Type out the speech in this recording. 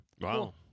Wow